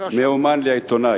מאמן לעיתונאי.